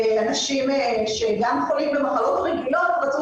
מרגישים שבשכונה שלהם הציבור רוצה את